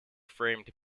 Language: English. framed